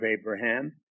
Abraham